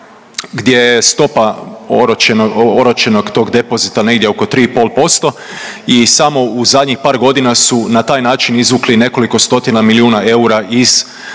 gdje stopa oročenog tog depozita negdje oko 3,5% i samo u zadnjih par godina su na taj način izvukli nekoliko stotina milijuna eura iz